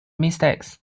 mistakes